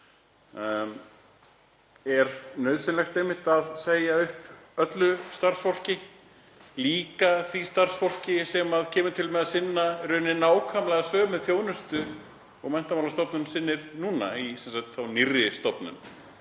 Er nauðsynlegt að segja upp öllu starfsfólki, líka því starfsfólki sem kemur til með að sinna í raun nákvæmlega sömu þjónustu og Menntamálastofnun sinnir núna þá í nýrri stofnun?